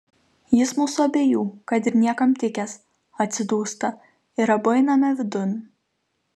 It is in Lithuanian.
jis mūsų abiejų kad ir niekam tikęs atsidūsta ir abu einame vidun